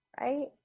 Right